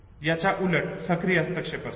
याच्या उलट सक्रीय हस्तक्षेप असतो